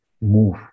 move